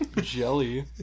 Jelly